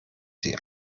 sie